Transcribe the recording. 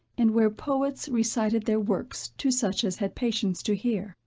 and where poets recited their works to such as had patience to hear